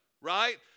right